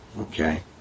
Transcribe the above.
okay